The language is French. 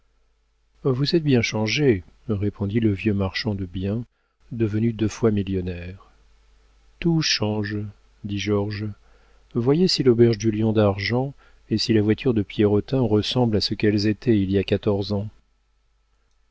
vous êtes bien changé répondit le vieux marchand de biens devenu deux fois millionnaire tout change dit georges voyez si l'auberge du lion d'argent et si la voiture de pierrotin ressemblent à ce qu'elles étaient il y a quatorze ans